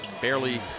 Barely